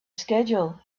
schedule